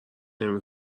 نمی